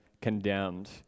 condemned